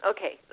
Okay